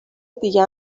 دیگه